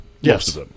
yes